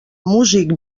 músic